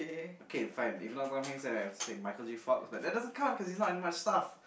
okay fine if not Tom-Hanks then I'll say Michael-Jake-Fox but that doesn't count cause he's not in much stuff